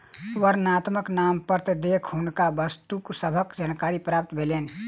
वर्णनात्मक नामपत्र देख हुनका वस्तु सभक जानकारी प्राप्त भेलैन